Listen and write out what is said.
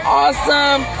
awesome